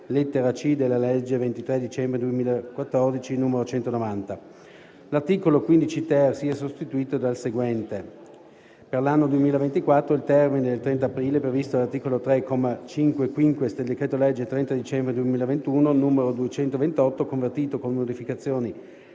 lettera *c)*, della legge 23 dicembre 2014, n. 190»; - l'articolo 15-*ter* sia sostituito dal seguente: «l. Per l'anno 2024, il termine del 30 aprile previsto dall'articolo 3, comma 5-*quinquies*, del decreto-legge 30 dicembre 2021, n. 228, convertito, con modificazioni,